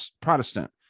Protestant